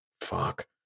fuck